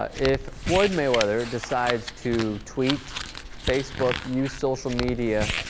ah is flloyd mayweather decides to tweet face book use social media